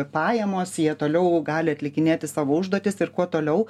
pajamos jie toliau gali atlikinėti savo užduotis ir kuo toliau